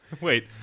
Wait